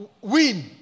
win